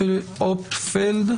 שנגענו בו קצת בדיון פתיחה,